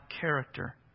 character